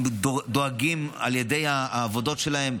הם דואגים על ידי העבודות שלהם,